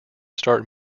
start